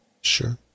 sure